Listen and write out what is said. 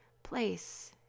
place